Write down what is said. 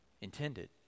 intended